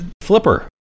flipper